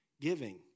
giving